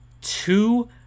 two